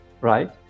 right